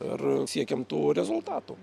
ir siekiam tų rezultatų